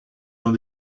dans